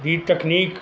ਦੀ ਤਕਨੀਕ